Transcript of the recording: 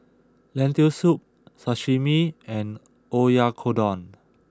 Lentil Soup Sashimi and Oyakodon